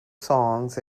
songs